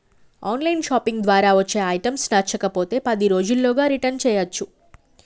on line shopping ద్వారా వచ్చే items నచ్చకపోతే పది రోజుల్లోగా రిటర్న్ చేయ్యచ్చు